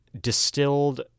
distilled